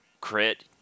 crit